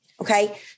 Okay